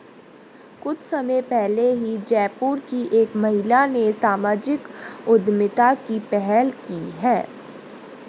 कुछ समय पहले ही जयपुर की एक महिला ने सामाजिक उद्यमिता की पहल की है